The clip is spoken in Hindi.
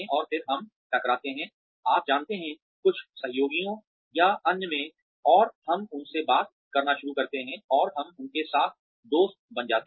और फिर हम टकराते हैं आप जानते हैं कुछ सहयोगियों या अन्य में और हम उनसे बात करना शुरू करते हैं और हम उनके साथ दोस्त बन जाते हैं